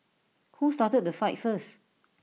who started the fight first